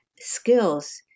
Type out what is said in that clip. skills